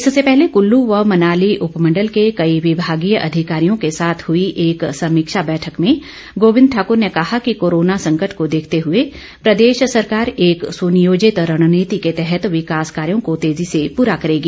इससे पहले कल्लू व मनाली उपमण्डल के कई विभागीय अधिकारियों के साथ हई एक समीक्षा बैठक में गोविंद सिंह ठाकर ने कहा कि कोरोना संकट को देखते हुए प्रदेश सरकार एक सुनियोजित रणनीति के तहत विकास कार्यों को तेजी से पूरा करेगी